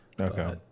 okay